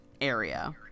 area